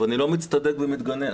אני לא מצדק ומתגונן.